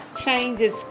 changes